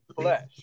flesh